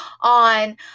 on